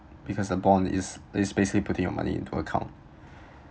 because the bond is is basically putting your money into account